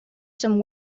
some